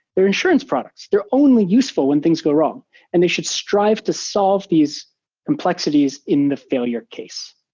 they're insurance products. they're only useful when things go wrong and they should strive to solve these complexities in the failure case.